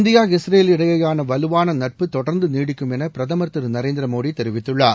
India Israel இடையயான வலுவாள நட்பு தொடர்ந்து நீடிக்கும் என பிரதமர் திரு நரேந்திர மோடி தெரிவித்துள்ளார்